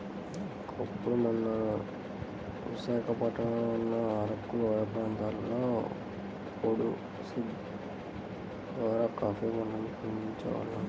ఒకప్పుడు మన విశాఖపట్నంలో ఉన్న అరకులోయ ప్రాంతంలో పోడు సేద్దెం ద్వారా కాపీ పంటను పండించే వాళ్లంట